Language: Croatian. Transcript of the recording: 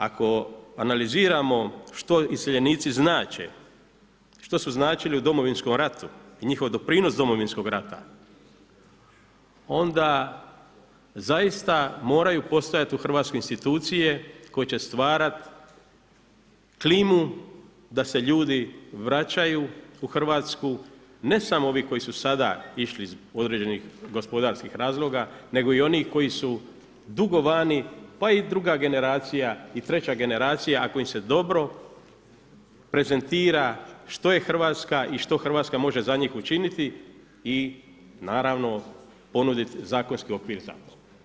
Ako analiziramo što iseljenici znače, što su značili u Domovinskom ratu i njihov doprinos Domovinskog rata, onda zaista moraju postojati u Hrvatskoj institucije koje će stvarat klimu da se ljudi vraćaju u Hrvatsku, ne samo ovi koji su sada išli iz određenih gospodarskih razloga nego i oni koji su dugo vani pa i druga generacija i treća generacija ako im se dobro prezentira što je Hrvatska i što Hrvatska može za njih učiniti i naravno, ponuditi zakonski okvir za to.